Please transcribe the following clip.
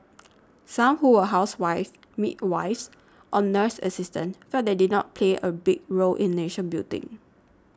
some who were housewives midwives or nurse assistants felt that they did not play a big role in nation building